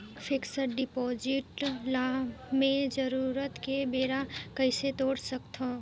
Fixed deposit ल मैं जरूरत के बेरा कइसे तोड़ सकथव?